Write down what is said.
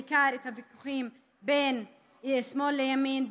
בעיקר את הוויכוחים בין שמאל לימין,